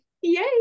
yay